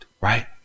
right